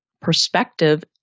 perspective